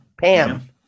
Pam